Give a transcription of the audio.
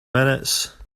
minutes